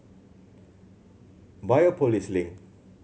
Biopolis Link